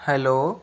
hello